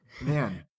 Man